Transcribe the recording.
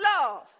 love